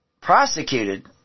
prosecuted